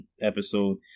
episode